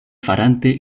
farante